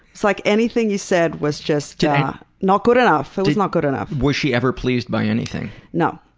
like anything you said was just yeah not good enough. it was not good enough. was she ever pleased by anything? no.